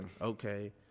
Okay